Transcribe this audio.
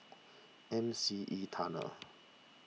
M C E Tunnel